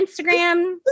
Instagram